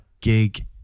gig